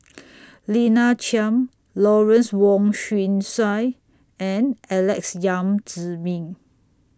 Lina Chiam Lawrence Wong Shyun Tsai and Alex Yam Ziming